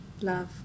Love